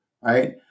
right